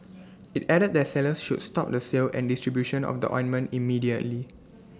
IT added that sellers should stop the sale and distribution of the ointment immediately